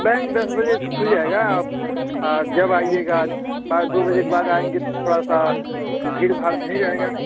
bank दस बजे से खुल जाएगा आप जब आइएगा बा दो बजे के बाद आएँगे तो थोड़ा सा भीड़ भाड़ नहीं रहेगा